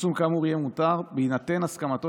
פרסום כאמור יהיה מותר בהינתן הסכמתו